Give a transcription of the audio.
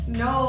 no